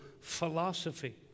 philosophy